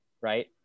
right